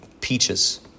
peaches